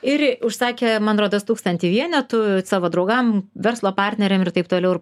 ir užsakė man rodos tūkstantį vienetų savo draugam verslo partneriam ir taip toliau ir